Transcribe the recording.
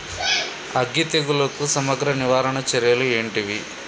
అగ్గి తెగులుకు సమగ్ర నివారణ చర్యలు ఏంటివి?